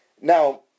Now